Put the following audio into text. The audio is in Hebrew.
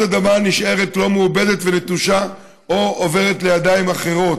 אדמה נשארת לא מעובדת ונטושה או עוברת לידיים אחרות.